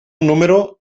número